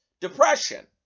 depression